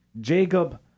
Jacob